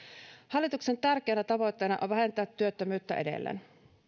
hallituksen tärkeänä tavoitteena on vähentää työttömyyttä edelleen